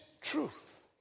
truth